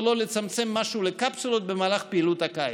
לא לצמצם משהו לקפסולות במהלך פעילות הקיץ.